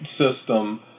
system